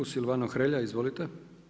Silvano Hrelja, izvolite.